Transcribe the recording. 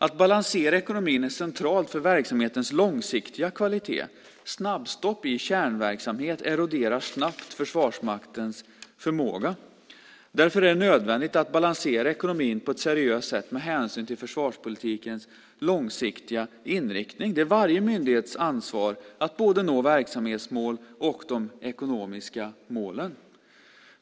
Att balansera ekonomin är centralt för verksamhetens långsiktiga kvalitet. Snabbstopp i kärnverksamheten eroderar snabbt Försvarsmaktens förmåga. Därför är det nödvändigt att balansera ekonomin på ett seriöst sätt och med hänsyn till försvarspolitikens långsiktiga inriktning. Det är varje myndighets ansvar att nå både verksamhetsmål och de ekonomiska målen.